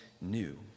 new